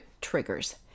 triggers